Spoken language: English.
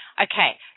Okay